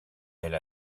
elle